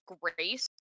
grace